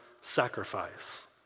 sacrifice